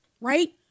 Right